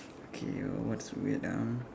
okay what's weird ah